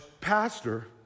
pastor